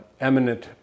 eminent